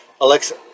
Alexa